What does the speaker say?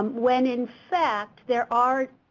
um when in fact, there are a